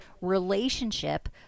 relationship